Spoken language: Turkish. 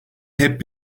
hep